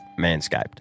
Manscaped